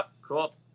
cool